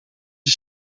een